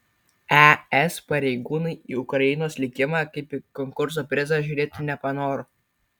es pareigūnai į ukrainos likimą kaip į konkurso prizą žiūrėti nepanoro